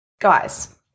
guys